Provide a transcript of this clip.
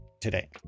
today